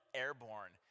airborne